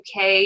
uk